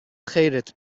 خیرت